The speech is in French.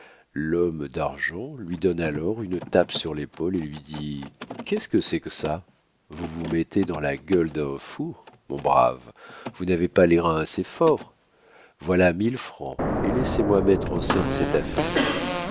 l'homme d'argent lui donne alors une tape sur l'épaule et lui dit qu'est-ce que c'est que ça vous vous mettez dans la gueule d'un four mon brave vous n'avez pas les reins assez forts voilà mille francs et laissez-moi mettre en scène cette affaire